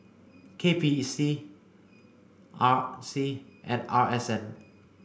K P E C R C and R S N